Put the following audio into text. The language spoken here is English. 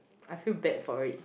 I feel bad for it